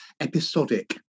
episodic